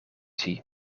zie